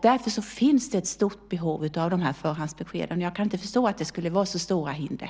Därför finns det ett stort behov av de här förhandsbeskeden, och jag kan inte förstå att det skulle finnas så stora hinder.